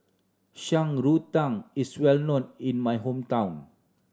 Shan Rui Tang is well known in my hometown